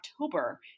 October